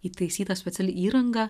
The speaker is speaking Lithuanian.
įtaisyta speciali įranga